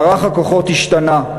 מערך הכוחות השתנה,